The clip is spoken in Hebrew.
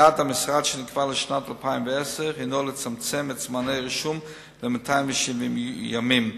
יעד המשרד שנקבע לשנת 2010 הינו לצמצם את זמני הרישום ל-270 ימים.